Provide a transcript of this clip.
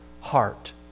heart